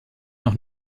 noch